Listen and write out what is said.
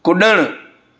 कुड॒णु